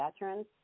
veterans